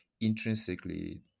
intrinsically